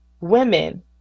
Women